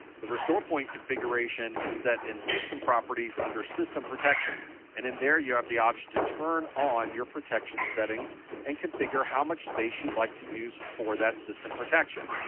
the restore point configuration is set in system properties under system protection and in there, you have the option to turn on your protection settings and configure how much space you'd like to use for that system protection.